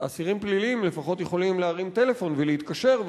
אסירים פליליים לפחות יכולים להרים טלפון ולהתקשר,